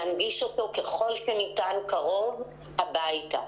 להנגיש אותו ככל שניתן קרוב הביתה.